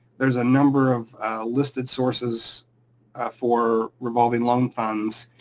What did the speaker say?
there's a number of listed sources for revolving loan funds,